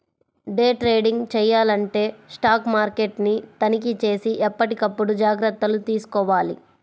day trading చెయ్యాలంటే stock మార్కెట్ని తనిఖీచేసి ఎప్పటికప్పుడు జాగర్తలు తీసుకోవాలి